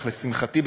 אך לשמחתי,